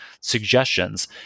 suggestions